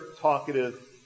talkative